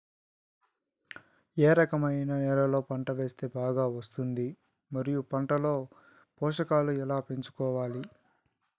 ఏ రకమైన నేలలో పంట వేస్తే బాగా వస్తుంది? మరియు పంట లో పోషకాలు ఎలా పెంచుకోవాలి?